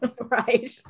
right